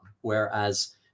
Whereas